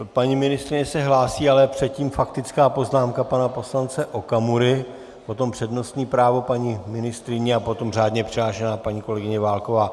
Paní ministryně se hlásí, ale předtím faktická poznámka pana poslance Okamury, potom přednostní právo paní ministryně a potom řádně přihlášená paní kolegyně Válková.